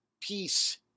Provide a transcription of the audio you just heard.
peace